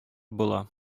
була